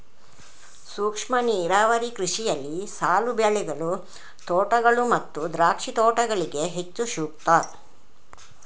ಸೂಕ್ಷ್ಮ ನೀರಾವರಿ ಕೃಷಿಯಲ್ಲಿ ಸಾಲು ಬೆಳೆಗಳು, ತೋಟಗಳು ಮತ್ತು ದ್ರಾಕ್ಷಿ ತೋಟಗಳಿಗೆ ಹೆಚ್ಚು ಸೂಕ್ತ